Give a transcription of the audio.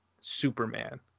Superman